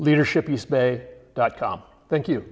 leadership east bay dot com thank you